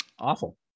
awful